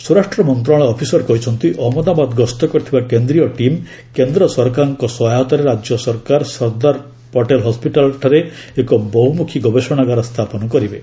ସ୍ୱରାଷ୍ଟ୍ର ମନ୍ତ୍ରଣାଳୟ ଅଫିସର କହିଛନ୍ତି ଅହମ୍ମଦାବାଦ ଗସ୍ତ କରିଥିବା କେନ୍ଦ୍ରୀୟ ଟିମ୍ କେନ୍ଦ୍ର ସରକାରଙ୍କ ସହାୟତାରେ ରାଜ୍ୟ ସରକାର ସର୍ଦ୍ଦାରପଟେଲ ହସ୍କିଟାଲ୍ଠାରେ ଏକ ବହୁମୁଖୀ ଗବେଷଣାଗାର ସ୍ଥାପନ କରିବେ